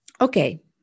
okay